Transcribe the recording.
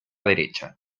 derecha